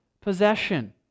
possession